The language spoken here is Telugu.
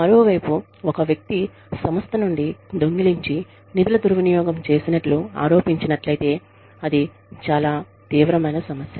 మరోవైపు ఒక వ్యక్తి సంస్థ నుండి దొంగిలించి నిధుల దుర్వినియోగం చేసినట్లు ఆరోపించినట్లయితే అది చాలా తీవ్రమైన సమస్య